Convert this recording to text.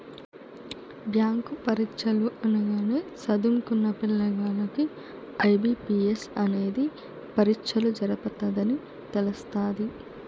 bank పరీచ్చలు అనగానే సదుంకున్న పిల్లగాల్లకి ఐ.బి.పి.ఎస్ అనేది పరీచ్చలు జరపతదని తెలస్తాది